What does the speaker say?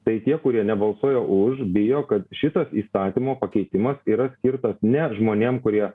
tai tie kurie nebalsuoja už bijo kad šitas įstatymo pakeitimas yra skirtas ne žmonėm kurie